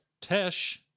Tesh